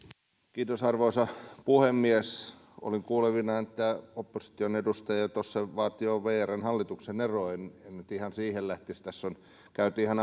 arvoisa puhemies olin kuulevinani että opposition edustaja tuossa vaati jo vrn hallituksen eroa en nyt ihan siihen lähtisi tässä on käyty ihan